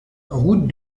route